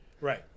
Right